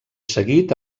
seguit